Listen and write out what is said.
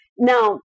Now